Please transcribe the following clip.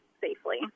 safely